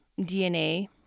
DNA